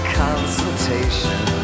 consultation